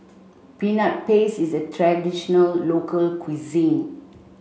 Peanut Paste is a traditional local cuisine